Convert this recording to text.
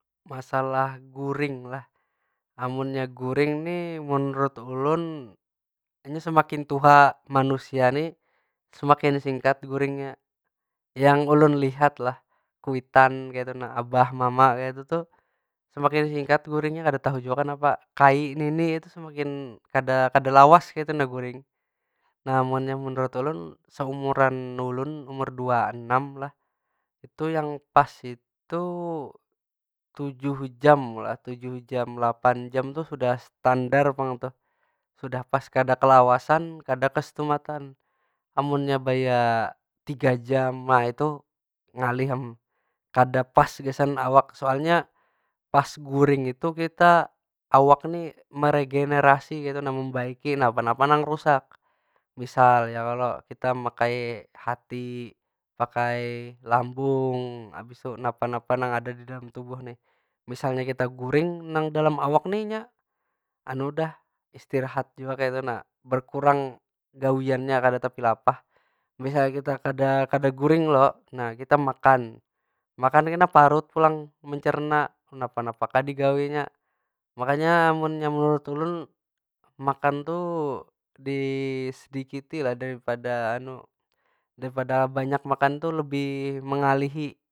Masalah guring lah. Amunnya guring nih menurut ulun, nya semakin tuha manusia nih semakin singkat guringnya. Yang ulun lihat lah, kuitan kaytu nah. Abah mama kaytu tuh semakin singkat guringnya, kada tahu kenapa? Kai nini tu semakin kada- kada lawas kaytu nah, guring. Nah munnya menurut ulun, saumuran ulun umur dua anam lah. Itu yang pas itu tujuh jam lah, tujuh jam lapan jam itu sudah standar pang tuh. Sudah pas kada kelawasan kada kesetumatan. Amunnya baya tiga jam, nah itu ngalih am. kada pas gasan awak. Soalnya pas guring itu kita, awak ni meregenerasi kaytu nah membaiki napa- napa nang rusak. Misal ya kalo, kita makai hati, pakai lambung, habis tu napa- napa nang ada di dalam tubuh nih. Misalnya kita guring, nang dalam awak ni nya istirahat jua kaytu nah. berkurang gawiannya kada tapi lapah. Misalnya kita kada- kada guring lo, nah kita makan, makna kena parut pulang mencerna. Napa- napa kah digawinya. Makanya munnya menurut ulun, makan tu disedikit lah daripada daripada banyak makan tu lebih mengalihi.